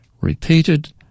Repeated